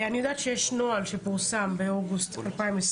אני יודעת שיש נוהל שפורסם באוגוסט 2021